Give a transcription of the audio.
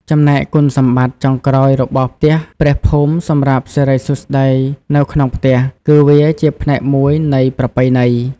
ចំណែកគុណសម្បត្តិចុងក្រោយរបស់ផ្ទះព្រះភូមិសម្រាប់សិរីសួស្តីនៅក្នុងផ្ទះ គឺវាជាផ្នែកមួយនៃប្រពៃណី។